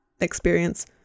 experience